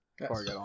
Yes